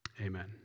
Amen